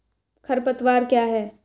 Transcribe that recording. खरपतवार क्या है?